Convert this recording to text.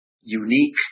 unique